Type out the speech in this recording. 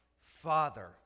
Father